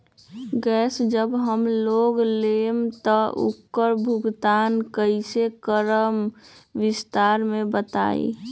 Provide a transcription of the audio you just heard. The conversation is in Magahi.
गैस जब हम लोग लेम त उकर भुगतान कइसे करम विस्तार मे बताई?